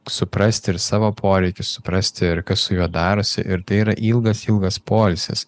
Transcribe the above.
suprasti ir savo poreikius suprasti ir kas su juo darosi ir tai yra ilgas ilgas poilsis